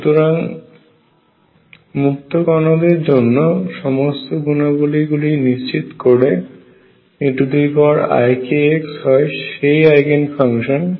সুতরাং মুক্ত কণাদের জন্য সমস্ত গুণাবলী গুলি নিশ্চিত করে eikx হয় সেই আইগেন ফাংশন